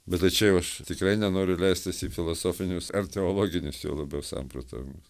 bet tai čia jau aš tikrai nenoriu leistis į filosofinius ar teologinius juo labiau samprotavimus